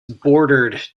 bordered